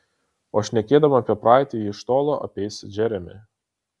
o šnekėdama apie praeitį ji iš tolo apeis džeremį